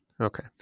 Okay